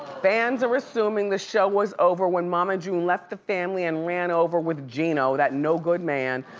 fans are assuming the show was over when mama june left the family and ran over with geno, that no-good man.